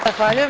Zahvaljujem.